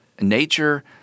nature